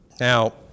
Now